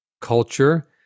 culture